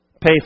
pay